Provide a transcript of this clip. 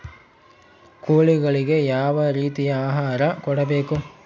ಕೋಳಿಗಳಿಗೆ ಯಾವ ರೇತಿಯ ಆಹಾರ ಕೊಡಬೇಕು?